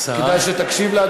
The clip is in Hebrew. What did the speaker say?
כדאי שתקשיב לה,